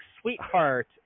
Sweetheart